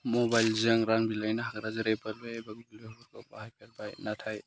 मबाइलजों रां बिलाइनो हाग्रा जेरै बे गुगोलपेफोरखौ बाहायफेरबाय नाथाय